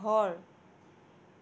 ঘৰ